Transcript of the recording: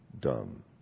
dumb